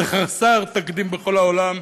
זה חסר תקדים בכל העולם.